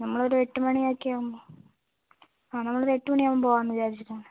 നമ്മൾ ഒരു എട്ട് മണിയൊക്കെ ആവുമ്പം ആ നമ്മൾ ഒരു എട്ട് മണി ആവുമ്പോൾ പോവാം എന്ന് വിചാരിച്ചിട്ടാണ്